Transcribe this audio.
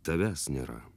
tavęs nėra